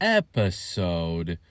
episode